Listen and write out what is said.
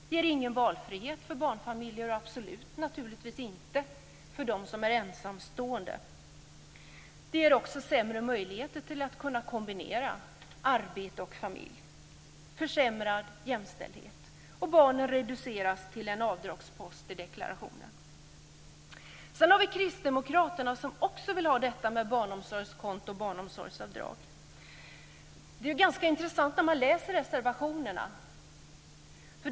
Det ger ingen valfrihet för barnfamiljer och naturligtvis absolut inte för dem som är ensamstående. Det ger också sämre möjligheter att kunna kombinera arbete och familj och försämrad jämställdhet. Barnen reduceras till en avdragspost i deklarationen. Sedan har vi kristdemokraterna som också vill detta med barnomsorgskonto och barnomsorgsavdrag. Det är ganska intressant när man läser reservationerna.